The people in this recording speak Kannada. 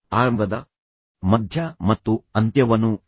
ಆರಂಭದ ಮಧ್ಯ ಮತ್ತು ಅಂತ್ಯವನ್ನು ಯೋಜಿಸಿ